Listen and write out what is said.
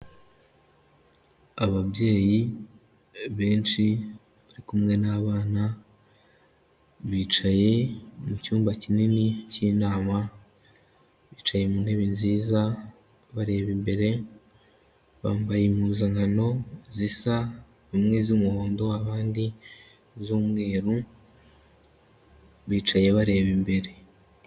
Ababyeyi benshi bari kumwe n'abana, bicaye mu cyumba kinini cy'inama, bicaye mu ntebe nziza, bareba imbere, bambaye impuzankano zisa, bamwe iz'umuhondo, abandi iz'umweru, bicaye bareba imbere.